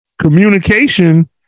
communication